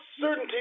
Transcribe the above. certainty